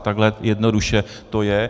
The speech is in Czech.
Takhle jednoduše to je.